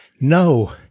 no